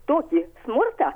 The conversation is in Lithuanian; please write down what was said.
tokį smurtą